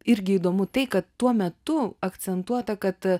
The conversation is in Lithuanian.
irgi įdomu tai kad tuo metu akcentuota kad